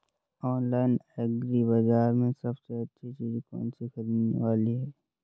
Online agri बाजार में सबसे अच्छी चीज कौन सी ख़रीदने वाली है?